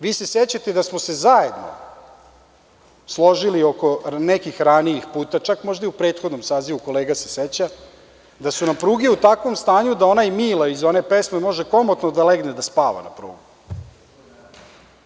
Vi se sećate da smo se zajedno složili oko nekih ranijih puta, čak možda i u prethodnom sazivu kolega se seća, da su nam pruge u takvom stanju, da onaj Mile iz one pesme može komotno da legne i da spava na njima.